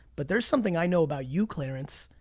but there's something i know about you, clarence,